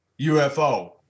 UFO